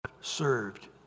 served